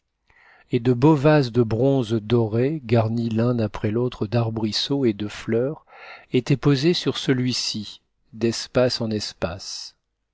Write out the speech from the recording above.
et de beaux vases de bronze doré garnis l'un m après l'autre d'arbrisseaux et de fleurs étaient posés sur celui-ci d'espace en espace